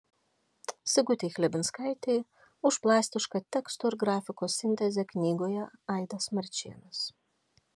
sigutei chlebinskaitei už plastišką teksto ir grafikos sintezę knygoje aidas marčėnas